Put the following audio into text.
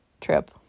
trip